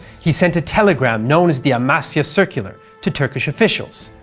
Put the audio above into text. he sent a telegram known as the amasya circular to turkish officials,